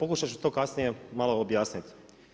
Pokušat ću to kasnije malo objasniti.